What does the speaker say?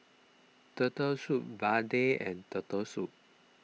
Turtle Soup Vadai and Turtle Soup